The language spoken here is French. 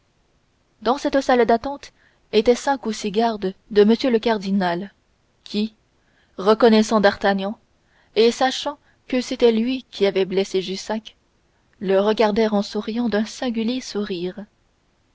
dans cette salle d'attente étaient cinq ou six gardes de m le cardinal qui reconnaissant d'artagnan et sachant que c'était lui qui avait blessé jussac le regardèrent en souriant d'un singulier sourire